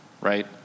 Right